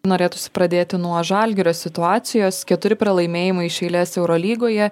norėtųsi pradėti nuo žalgirio situacijos keturi pralaimėjimai iš eilės eurolygoje